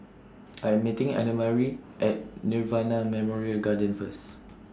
I'm meeting Annamarie At Nirvana Memorial Garden First